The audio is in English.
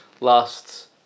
last